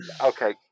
Okay